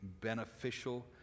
beneficial